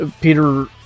Peter